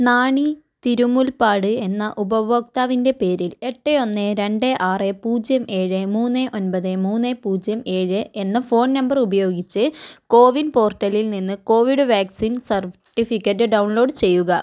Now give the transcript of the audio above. നാണി തിരുമുൽപ്പാട് എന്ന ഉപഭോക്താവിൻ്റെ പേരിൽ എട്ട് ഒന്നേ രണ്ട് ആറ് പൂജ്യം ഏഴ് മൂന്ന് ഒൻപത് മൂന്ന് പൂജ്യം ഏഴ് എന്ന ഫോൺ നമ്പർ ഉപയോഗിച്ച് കോവിൻ പോർട്ടലിൽ നിന്ന് കോവിഡ് വാക്സിൻ സർട്ടിഫിക്കറ്റ് ഡൗൺലോഡ് ചെയ്യുക